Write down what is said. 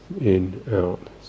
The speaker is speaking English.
in-out